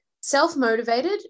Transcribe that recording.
self-motivated